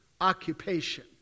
occupation